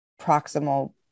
proximal